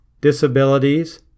disabilities